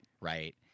right